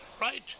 Right